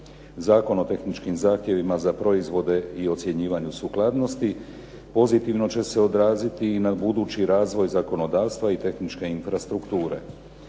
Zakon o tehničkim zahtjevima za proizvode o ocjenjivanju sukladnosti pozitivno će se odraziti i na budući razvoj zakonodavstva i tehničke infrastrukture.